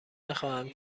نخواهم